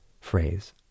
phrase